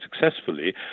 successfully